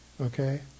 okay